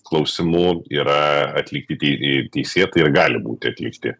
klausimų yra atlikti tei teisėtai ir gali būti atlikti